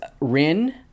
Rin